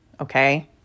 okay